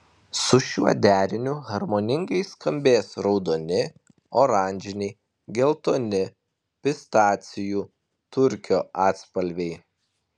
su šiuo deriniu harmoningai skambės raudoni oranžiniai geltoni pistacijų turkio atspalviai